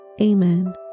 Amen